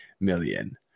million